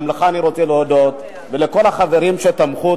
גם לך אני רוצה להודות ולכל החברים שתמכו,